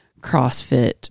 CrossFit